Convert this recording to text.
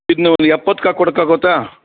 ಇದನ್ನ ಒಂದು ಎಪ್ಪತ್ತ್ಗೆ ಹಾಕ್ಕೊಡಕ್ಕೆ ಆಗುತ್ತಾ